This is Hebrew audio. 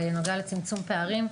בנוגע לצמצום פערים,